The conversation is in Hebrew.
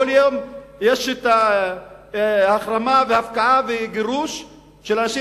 כל יום יש החרמה והפקעה וגירוש של אנשים